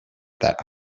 that